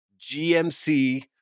GMC